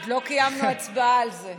קיימנו הצבעה על זה.